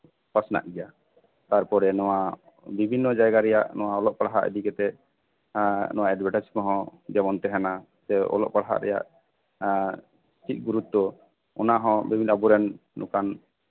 ᱯᱟᱥᱱᱟᱜ ᱜᱮᱭᱟ ᱛᱟᱨᱯᱚᱨᱮ ᱱᱚᱣᱟ ᱵᱤᱵᱷᱤᱱᱱᱚ ᱡᱟᱭᱜᱟ ᱨᱮᱭᱟᱜ ᱚᱞᱚᱜ ᱯᱟᱲᱦᱟᱜ ᱤᱫᱤ ᱠᱟᱛᱮ ᱮᱸᱜ ᱱᱚᱣᱟ ᱮᱰᱵᱷᱮᱴᱟᱡ ᱠᱚᱦᱚᱸ ᱡᱮᱢᱚᱱ ᱛᱟᱦᱮᱸᱱᱟ ᱥᱮ ᱚᱞᱚᱜ ᱯᱟᱲᱦᱟᱜ ᱨᱮᱭᱟᱜ ᱮᱸᱜ ᱪᱮᱫ ᱜᱩᱨᱩᱛᱛᱚ ᱚᱱᱟ ᱦᱚᱸ ᱟᱵᱚ ᱨᱮᱱ ᱱᱚᱝᱠᱟᱱ